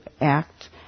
act